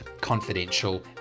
confidential